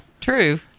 True